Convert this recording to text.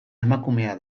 emakumea